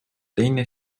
teine